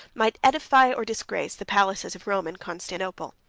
might edify or disgrace the palaces of rome and constantinople.